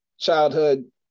childhood